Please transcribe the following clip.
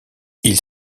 ils